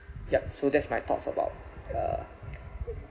yup so that's my thoughts about uh